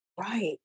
Right